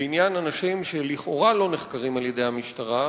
בעניין אנשים שלכאורה לא נחקרים על-ידי המשטרה,